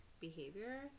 behavior